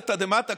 לתדהמת הכול,